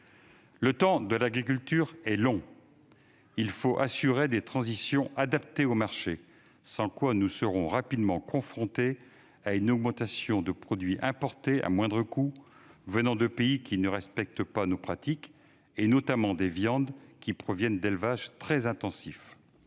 Le temps de l'agriculture est long. Il faut assurer des transitions adaptées au marché, sans quoi nous serons rapidement confrontés à une augmentation de produits importés à moindre coût venant de pays qui ne respectent pas nos pratiques, notamment de viandes provenant d'élevages très intensifs.